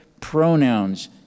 pronouns